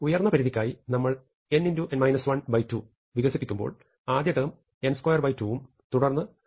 അതിനാൽ ഉയർന്നപരിധിക്കായി നമ്മൾ n 2 വികസിപ്പിക്കുമ്പോൾ ആദ്യ ടേം n22 ഉം തുടർന്ന് n2 ഉം ലഭിക്കും